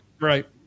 Right